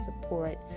support